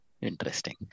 Interesting